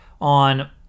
on